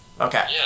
Okay